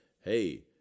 hey